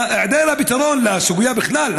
בהיעדר הפתרון לסוגיה בכלל,